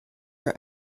are